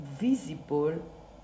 visible